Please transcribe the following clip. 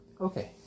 Okay